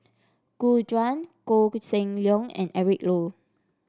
Gu Juan Koh Seng Leong and Eric Low